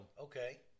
Okay